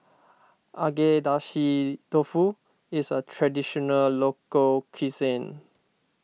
Agedashi Dofu is a Traditional Local Cuisine